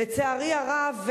לצערי הרב,